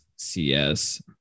cs